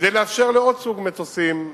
כדי לאפשר לעוד סוג מטוסים,